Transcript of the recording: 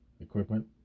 Equipment